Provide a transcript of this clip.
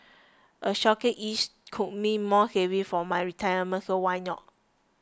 a shorter lease could mean more savings for my retirement so why not